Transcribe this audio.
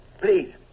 Please